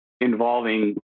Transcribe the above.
involving